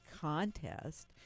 contest